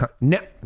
No